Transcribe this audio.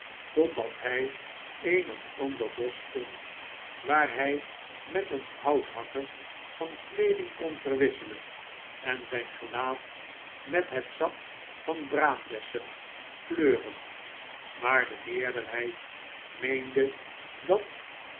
totdat hij een of ander bosch vond waar hy met een houthakker van kleeding kon verwisselen en zijn gelaat met het sap van braambessen kleuren maar de meerderheid meende dat